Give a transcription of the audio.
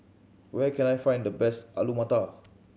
where can I find the best Alu Matar